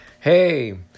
Hey